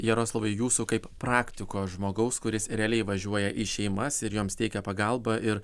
jaroslavai jūsų kaip praktiko žmogaus kuris realiai važiuoja į šeimas ir joms teikia pagalbą ir